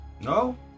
No